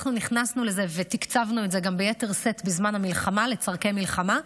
אנחנו נכנסנו לזה ותקצבנו את זה גם ביתר שאת בזמן המלחמה לצורכי מלחמה,